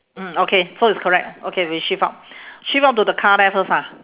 mm okay so it's correct okay we shift out shift out to the car there first ha